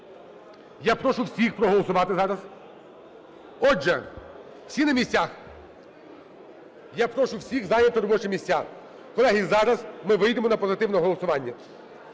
Я прошу всіх проголосувати зараз. Отже всі на місцях? Я прошу всіх зайняти робочі місця. Колеги, зараз ми вийдемо на позитивне голосування.